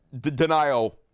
denial